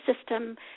system